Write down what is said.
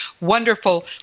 wonderful